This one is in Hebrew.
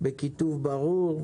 זה יהיה בכיתוב ברור,